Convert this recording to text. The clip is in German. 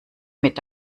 mit